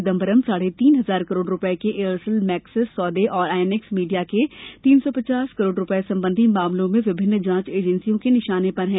चिदम्बरम साढ़े तीन हजार करोड़ रूपये के एयरसेल मैक्सिस सौदे और आईएनएक्स मीडिया के तीन सौ पचास करोड़ रूपये संबंधी मामले में विभिन्न जांच एजेंसियों के निशाने पर हैं